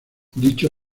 dicho